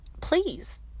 please